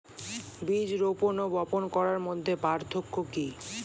বীজ রোপন ও বপন করার মধ্যে পার্থক্য কি?